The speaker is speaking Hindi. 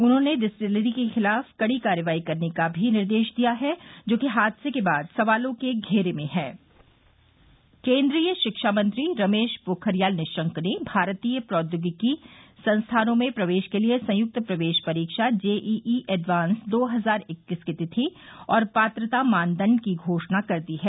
उन्होंने डिस्टलरी के खिलाफ कड़ी कार्रवाई करने का भी निर्देश दिया है जो कि हादसे के बाद सवालों के घेरे में है केन्द्रीय शिक्षा मंत्री रमेश पोखरियाल निशंक ने भारतीय प्रौद्योगिकी संस्थानों में प्रवेश के लिए संयुक्त प्रवेश परीक्षा जेईई एडवांस दो हजार इक्कीस की तिथि और पात्रता मानदंड की घोषणा कर दी है